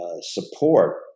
support